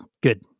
Good